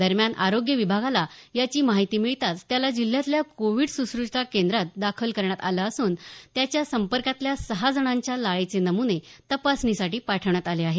दरम्यान आरोग्य विभागाला याची माहिती मिळताच त्याला जिल्ह्यातल्या कोवीड सुश्रुषा केंद्रात दाखल करण्यात आलं असून त्याच्या संपर्कातल्या सहा जणांच्या लाळेचे नमुने तपासणीसाठी पाठवण्यात आले आहेत